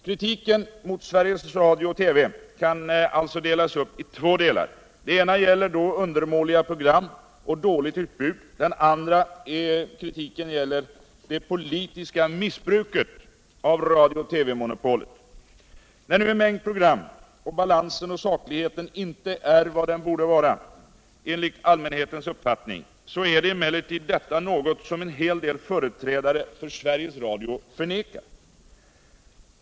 Kritiken mot Sveriges Radio-TV kan alltså delas upp i två delar. Den ena gäller undermåliga program och dåligt utbud, den andra gäller det politiska missbruket av radio och TV-monopolet. När nu en mängd program och balansen och sakligheten inte är vad de borde vara, enligt allmänhetens uppfattning, så är emellertid detta något som en hel del företrädare för Sveriges Radio förnekar.